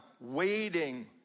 waiting